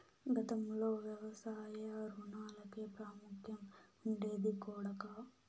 గతంలో వ్యవసాయ రుణాలకే ప్రాముఖ్యం ఉండేది కొడకా